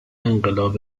انقلاب